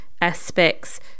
aspects